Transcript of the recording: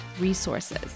resources